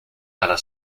alla